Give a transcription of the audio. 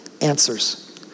answers